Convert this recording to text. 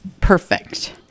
perfect